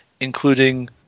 including